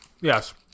Yes